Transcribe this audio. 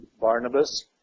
Barnabas